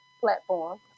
platform